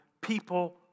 people